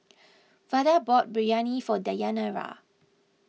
Vada bought Biryani for Dayanara